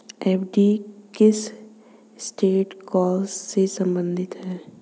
FD किस asset class से संबंधित है?